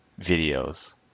videos